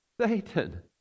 Satan